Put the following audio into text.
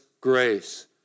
grace